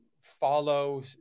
follow